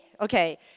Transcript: Okay